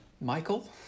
Michael